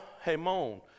hamon